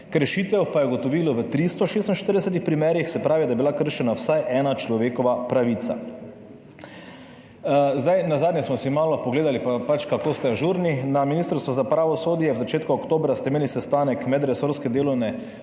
kršitev pa je ugotovilo v 346 primerih, se pravi, da je bila kršena vsaj ena človekova pravica. Nazadnje smo si malo pogledali, kako ste ažurni na Ministrstvu za pravosodje. V začetku oktobra ste imeli sestanek Medresorske delovne